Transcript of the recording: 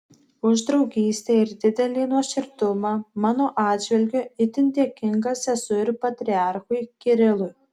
už draugystę ir didelį nuoširdumą mano atžvilgiu itin dėkingas esu ir patriarchui kirilui